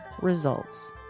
results